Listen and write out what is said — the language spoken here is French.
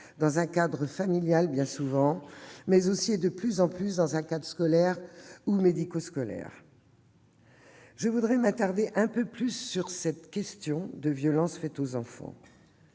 dans un cadre familial bien souvent, mais aussi, et de plus en plus, dans un cadre scolaire ou médico-social. Je voudrais m'attarder un peu sur cette question des violences faites aux enfants.